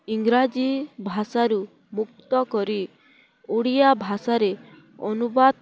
ଇଂରାଜୀ ଭାଷାରୁ ମୁକ୍ତ କରି ଓଡ଼ିଆ ଭାଷାରେ ଅନୁବାଦ